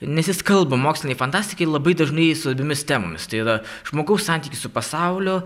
nes jis kalba mokslinei fantastikai labai dažnai svarbiomis temomis tai yra žmogaus santykį su pasauliu